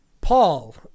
Paul